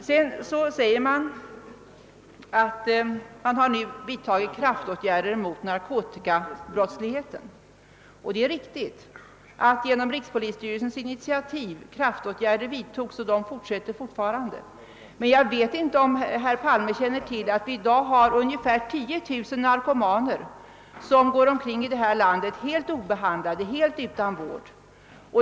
Det sägs sedan att man nu har vidtagit kraftåtgärder mot narkotikaproblemet. Det är riktigt att på rikspolisstyrelsens initiativ kraftåtgärder vidtagits och vidtas. Men jag vet inte om herr Palme känner till att vi i dag har ungefär 10 000 narkomaner som går omkring i det här landet helt obehandlade, helt utan vård.